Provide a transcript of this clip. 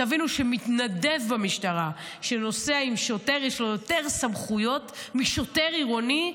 תבינו שלמתנדב במשטרה שנוסע עם שוטר יש יותר סמכויות משוטר עירוני.